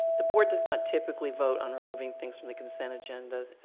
the board does not typically vote on removing things from the consent agenda,